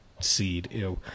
seed